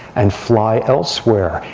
and fly elsewhere,